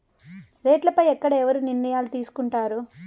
రేట్లు పై ఎక్కడ ఎవరు నిర్ణయాలు తీసుకొంటారు?